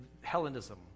Hellenism